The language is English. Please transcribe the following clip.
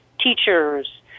teachers